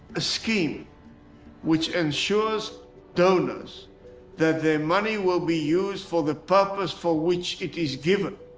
a scheme which ensures donors that the money will be used for the purpose for which it is given,